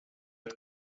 ett